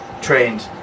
trained